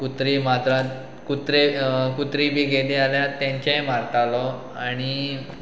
कुत्री माजरां कुत्रे कुत्री बी गेली जाल्यार तेंचेंय मारतालो आनी